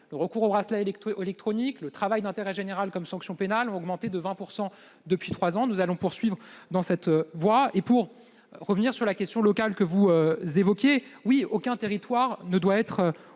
le recours au bracelet électronique et le travail d'intérêt général comme sanction pénale ont augmenté de 20 % depuis trois ans. Nous allons poursuivre dans cette voie. Pour revenir sur la question locale, en effet, aucun territoire ne doit être oublié.